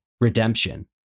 redemption